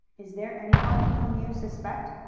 is there anyone whom you suspect?